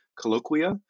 colloquia